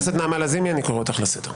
חברת הכנסת נעמה לזימי, אני קורא אותך לסדר.